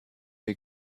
wir